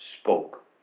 spoke